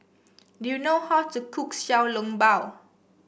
do you know how to cook Xiao Long Bao